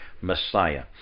Messiah